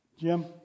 Jim